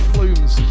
Plumes